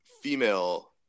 female